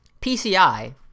PCI